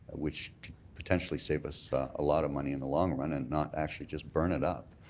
which could potentially save us a lot of money in the long run and not actually just burn it up.